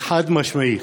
חד-משמעית,